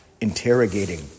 Interrogating